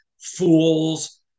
fools